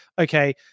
okay